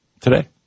today